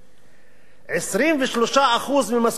23% ממשכורתו של אדם,